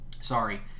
Sorry